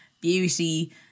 beauty